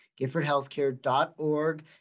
giffordhealthcare.org